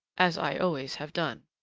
as i always have done.